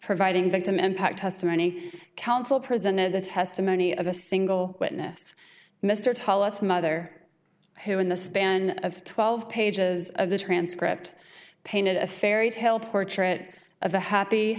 providing victim impact testimony counsel presented the testimony of a single witness mr tall its mother who in the span of twelve pages of the transcript painted a fairy tale portrait of a happy